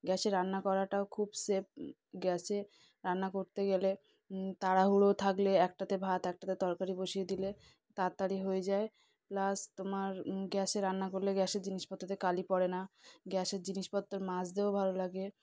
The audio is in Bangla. গ্যাসে রান্না করাটাও খুব সেফ গ্যাসে রান্না করতে গেলে তাড়াহুড়ো থাকলে একটাতে ভাত একটাতে তরকারি বসিয়ে দিলে তাড়াতাড়ি হয়ে যায় প্লাস তোমার গ্যাসে রান্না করলে গ্যাসের জিনিসপত্রতে কালি পড়ে না গ্যাসের জিনিসপত্র মাজতেও ভালো লাগে